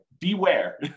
beware